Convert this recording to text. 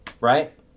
right